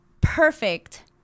perfect